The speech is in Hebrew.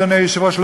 אדוני היושב-ראש,